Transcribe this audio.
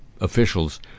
officials